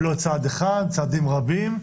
ולא צעד אחד, צעדים רבים.